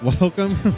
Welcome